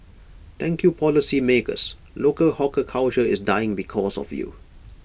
thank you policymakers local hawker culture is dying because of you